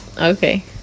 okay